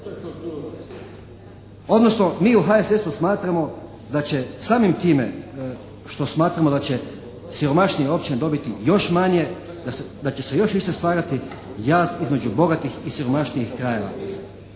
Odnosno mi u HSS-u smatramo da će samim time što smatramo da će siromašnije općine dobiti još manje da će se još više stvarati jaz između bogatih i siromašnijih krajeva.